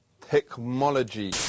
technology